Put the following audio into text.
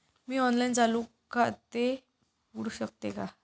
मी online चालू खाते उघडू शकते का?